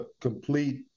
complete